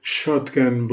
Shotgun